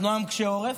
אנחנו עם קשה עורף,